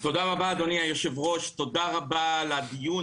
תודה רבה, אדוני היושב-ראש, תודה רבה על הדיון